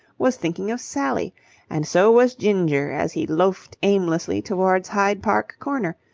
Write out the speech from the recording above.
was thinking of sally and so was ginger as he loafed aimlessly towards hyde park corner,